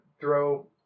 throw